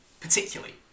particularly